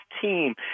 team